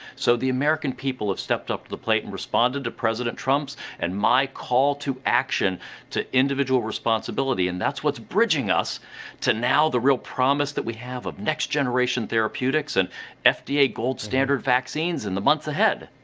so the american people have stepped up to the plate any and responded to president trumps and my call to action to individual responsibility and thats whats bridging us to now the real promise that we have of next generation therapeutics and fda gold standard vaccines in the months ahead.